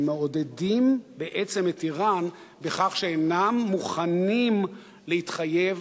הם מעודדים בעצם את אירן בכך שאינם מוכנים להתחייב